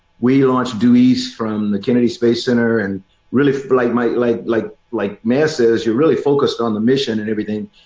we launched due east from the kennedy space center. and really flight might look like like like mass says, you're really focused on the mission and everything.